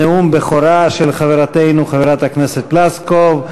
נאום בכורה של חברתנו חברת הכנסת פלוסקוב.